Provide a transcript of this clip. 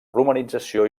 romanització